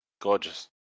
Gorgeous